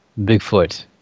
Bigfoot